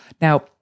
Now